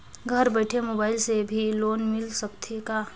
घर बइठे मोबाईल से भी लोन मिल सकथे का?